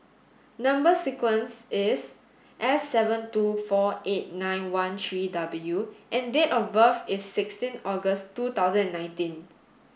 number sequence is S seven two four eight nine one three W and date of birth is sixteen August two thousand and nineteen